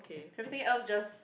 everything else is just